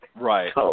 Right